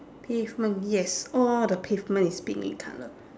pavement yes all the pavement is pink in colour